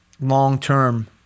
long-term